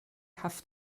have